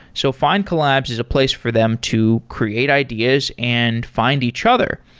so findcollabs is a place for them to create ideas and find each other.